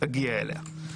אגיע אליה.